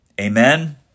Amen